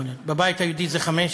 בבית היהודי זה חמש,